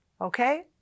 Okay